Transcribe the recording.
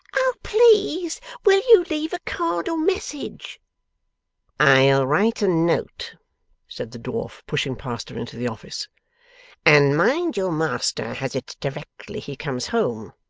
oh please will you leave a card or message i'll write a note said the dwarf, pushing past her into the office and mind your master has it directly he comes home